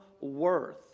worth